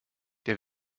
der